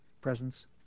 presence